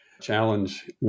challenge